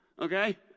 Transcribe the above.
Okay